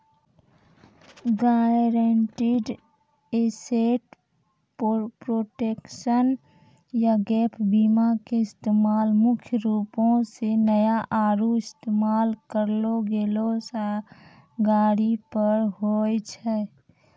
guaranteed asset protection या GAP बीमा के इस्तेमाल मुख्य रूपो से नया आरु इस्तेमाल करलो गेलो गाड़ी पर होय छै